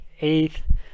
eighth